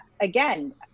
Again